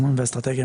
תכנון ואסטרטגיה,